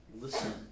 Listen